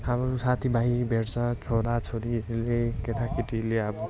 अब साथी भाइ भेट्छ छोरा छोरीहरूले केटा केटीले अब